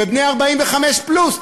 ובני 45 פלוס,